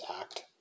act